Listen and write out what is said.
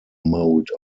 mode